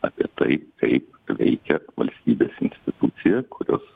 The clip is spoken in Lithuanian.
apie tai kaip veikia valstybės institucija kurios